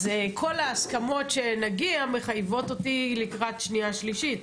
אז כל ההסכמות שנגיע מחייבות אותי לקראת הקריאה השנייה והשלישית.